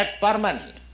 permanent